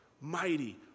Mighty